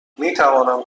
میتوانم